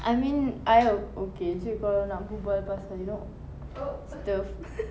I mean I'll okay jer kalau nak berbual pasal you know